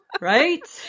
Right